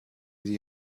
die